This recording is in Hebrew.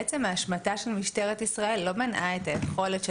בעצם ההשמטה של משטרת ישראל לא מנעה את היכולת של